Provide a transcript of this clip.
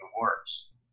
worse